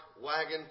wagon